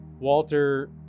Walter